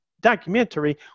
documentary